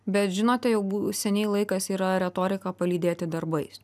bet žinote jau bu seniai laikas yra retoriką palydėti darbais